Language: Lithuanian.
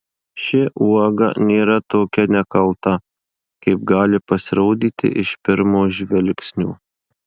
ši uoga nėra tokia nekalta kaip gali pasirodyti iš pirmo žvilgsnio